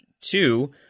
two